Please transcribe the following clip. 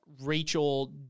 Rachel